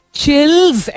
chills